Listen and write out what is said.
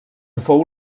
fou